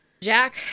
Jack